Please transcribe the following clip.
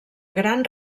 gran